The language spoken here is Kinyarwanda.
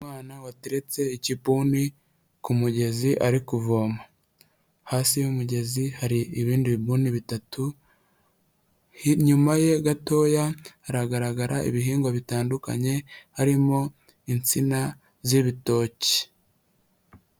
Umwana wateretse ikipuni ku mugezi ari kuvoma, hasi y'umugezi hari ibindi bibuni bitatu, inyuma ye gatoya hagaragara ibihingwa bitandukanye harimo insina z'ibitoki.